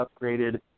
upgraded